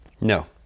No